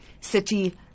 city